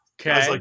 Okay